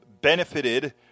benefited